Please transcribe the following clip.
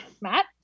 Matt